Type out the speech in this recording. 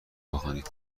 بخوانید